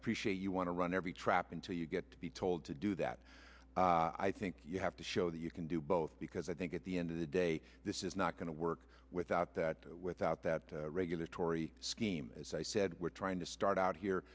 appreciate you want to run every trap until you get to be told to do that i think you have to show that you can do both because i think at the end today this is not going to work without that without that regulatory scheme as i said we're trying to start out